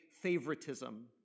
favoritism